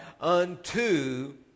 unto